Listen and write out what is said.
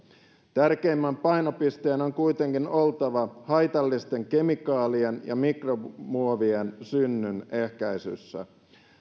tärkeimmän painopisteen on kuitenkin oltava haitallisten kemikaalien ja mikromuovien synnyn ehkäisyssä